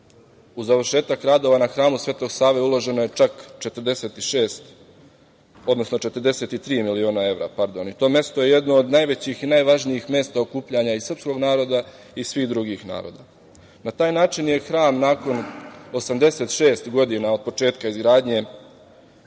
u završetak radova na hramu Svetog Save uloženo je čak 46, odnosno 43 miliona evra, pardon. To mesto je jedno od najvećih i najvažnijih mesta okupljanja i srpskog naroda i svih drugih naroda. Na taj način je hram nakon 86 godina od početka izgradnje,